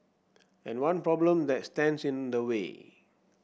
and one problem that stands in the way